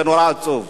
זה נורא עצוב.